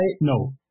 No